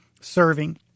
serving